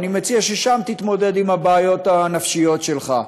אני מציע ששם תתמודד עם הבעיות הנפשיות שלך.